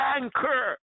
anchor